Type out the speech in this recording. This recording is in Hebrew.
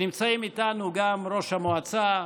נמצאים איתנו גם ראש המועצה,